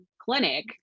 clinic